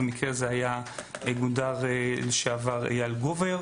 במקרה הזה זה היה גונדר לשעבר אייל גובר,